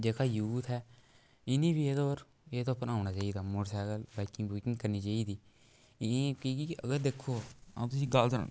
जेह्का यूथ ऐ इ'नें बी एह्दे उप्पर औना चाहिदा जेह्का मौटरसैकल बाईकिंग बुईकिंग करनी चााहिदी की कि अगर दिक्खो आ'ऊं तुसें गल्ल सनानां